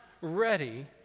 ready